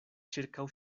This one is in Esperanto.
ĉirkaŭ